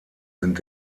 sind